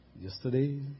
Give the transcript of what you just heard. yesterday